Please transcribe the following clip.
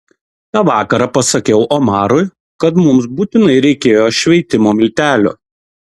tą vakarą pasakiau omarui kad mums būtinai reikėjo šveitimo miltelių